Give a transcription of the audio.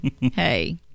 hey